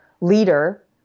leader